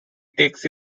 takes